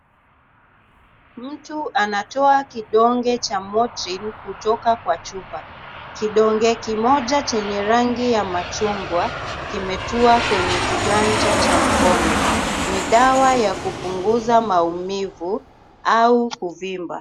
Mtu anatoa kidonge cha Motrin kutoka kwa chupa. Kidonge kimoja chenye rangi ya machungwa kimetua kwenye kiganja cha mkono. Ni dawa ya kupunguza maumivu au kuvimba.